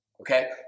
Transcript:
okay